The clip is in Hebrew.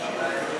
בדבר העברת